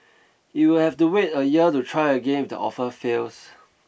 it will have to wait a year to try again if the offer fails